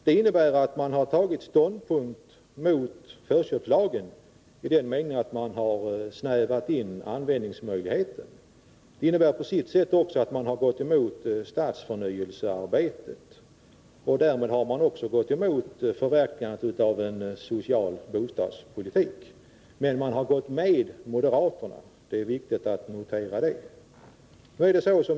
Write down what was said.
Det innebär att man tagit ståndpunkt mot förköpslagen i den meningen att man gjort användningsmöjligheten snävare. Det innebär på sitt sätt också att man har gått emot stadsförnyelsearbetet. Därmed har man också gått emot förverkligandet av en social bostadspolitik. Men man går med moderaterna. Det är viktigt att notera det.